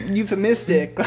euphemistic